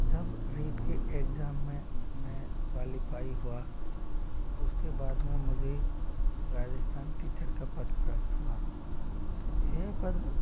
जब रीट के एग्जाम में मैं क्वालीफाई हुआ तो उसके बाद में मुझे राजस्थान टीचर का पद प्राप्त हुआ यह पद